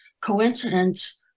coincidence